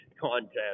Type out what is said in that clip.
contest